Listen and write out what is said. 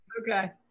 Okay